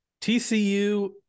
TCU